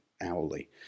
hourly